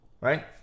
right